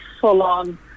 full-on